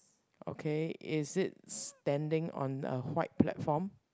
okay is it standing on the white platform